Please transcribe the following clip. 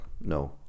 no